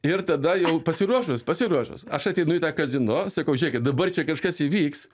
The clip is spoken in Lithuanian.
ir tada jau pasiruošus pasiruošus aš ateinu į tą kazino sakau žiūrėkit dabar čia kažkas įvyks